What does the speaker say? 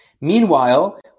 Meanwhile